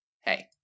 hey